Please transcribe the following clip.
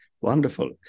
Wonderful